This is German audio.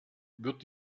wird